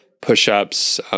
push-ups